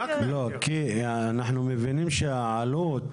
אנחנו מבינים שהעלות